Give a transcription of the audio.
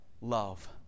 love